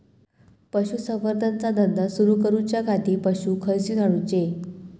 पशुसंवर्धन चा धंदा सुरू करूच्या खाती पशू खईसून हाडूचे?